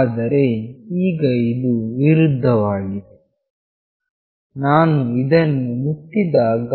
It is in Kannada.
ಆದರೆ ಈಗ ಇದು ವಿರುದ್ಧವಾಗಿದೆ ನಾನು ಇದನ್ನು ಮುಟ್ಟಿದಾಗ